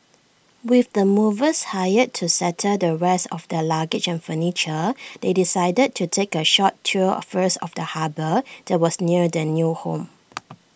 with the movers hired to settle the rest of their luggage and furniture they decided to take A short tour first of the harbour that was near their new home